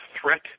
threat